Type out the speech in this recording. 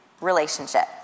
relationship